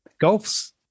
Golf's